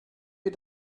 wir